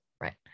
right